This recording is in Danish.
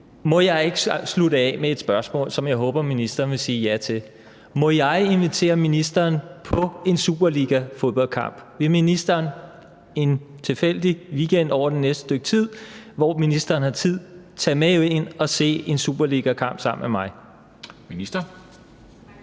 Må jeg ikke slutte af med et spørgsmål, som jeg håber ministeren vil sige ja til. Må jeg invitere ministeren på en superligafodboldkamp? Vil ministeren en tilfældig weekend over det næste stykke tid, hvor ministeren har tid, tage med ind og se en superligakamp sammen med mig?